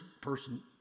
person